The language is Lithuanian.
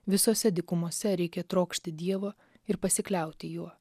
visose dykumose reikia trokšti dievo ir pasikliauti juo